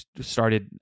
started